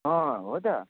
अँ हो त